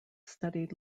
studied